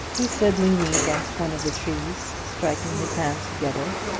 he stood leaning against one of the trees, striking his hands together,